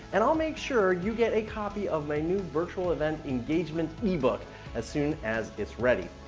and i'll make sure you get a copy of my new virtual event engagement ebook as soon as it's ready.